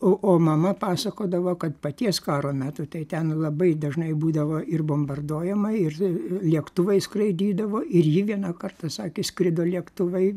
o o mama pasakodavo kad paties karo metu tai ten labai dažnai būdavo ir bombarduojama ir lėktuvai skraidydavo ir ji vieną kartą sakė skrido lėktuvai